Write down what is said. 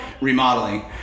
remodeling